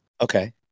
Okay